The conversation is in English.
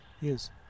Yes